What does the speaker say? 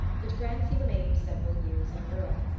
but grancy remained several years in europe.